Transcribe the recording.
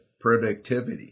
productivity